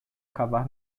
cavar